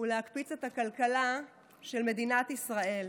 ולהקפיץ את הכלכלה של מדינת ישראל.